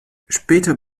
später